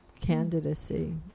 candidacy